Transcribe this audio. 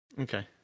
Okay